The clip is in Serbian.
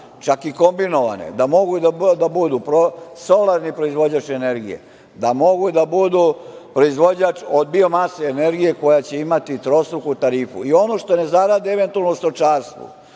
čak i kombinovane da mogu da budu solarni proizvođač energije, da mogu da budu proizvođač od biomase energije koja će imati trostruku tarifu i ono što ne zarade eventualno u stočarstvu